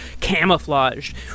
camouflaged